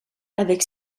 avec